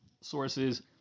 sources